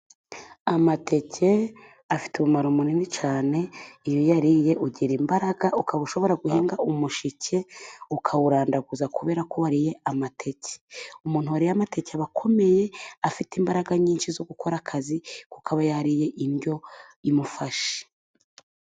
Amateke afite umumaro munini cyane, iyo uyariye ugira imbaraga, ukaba ushobora guhinga umushike ukawurandaguza, kubera ko wariye amateke. Umuntu wariye amateke aba akomeye, afite imbaraga nyinshi zo gukora akazi, kuko aba yariye indyo imufashe.